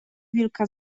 wilka